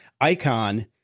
icon